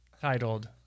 Titled